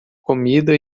comida